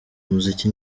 muziki